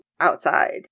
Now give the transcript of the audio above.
outside